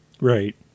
Right